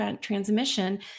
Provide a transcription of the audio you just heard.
transmission